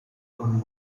con